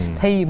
thì